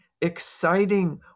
exciting